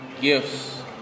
gifts